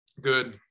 Good